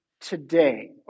today